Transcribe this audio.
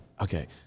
okay